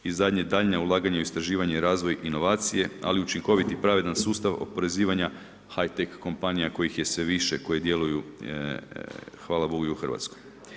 I zadnje, daljnja ulaganja u istraživanje i razvoj, inovacije, ali učinkovit i pravedan sustav oporezivanja high tec kompanija kojih je sve više, koje djeluju hvala Bogu i u Hrvatskoj.